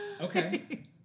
Okay